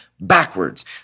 backwards